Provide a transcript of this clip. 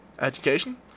education